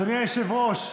אדוני היושב-ראש,